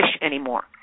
anymore